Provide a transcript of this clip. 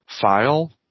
file